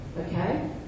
okay